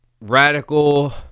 radical